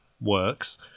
works